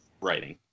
writing